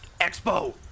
expo